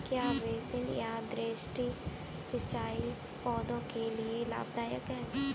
क्या बेसिन या द्रोणी सिंचाई पौधों के लिए लाभदायक है?